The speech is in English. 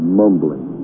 mumbling